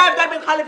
זה ההבדל בינך לביני.